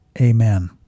Amen